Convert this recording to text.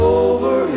over